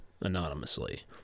anonymously